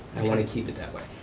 i wanna keep it that way.